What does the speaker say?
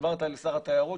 דיברת על שר התיירות,